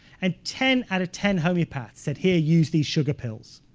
and ten out of ten homeopaths said, here, use these sugar pills.